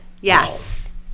Yes